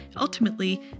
ultimately